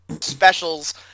specials